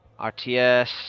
RTS